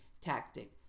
tactic